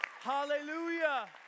Hallelujah